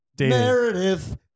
Meredith